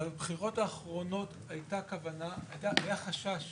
בבחירות האחרונות היה חשש,